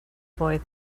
boy